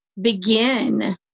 begin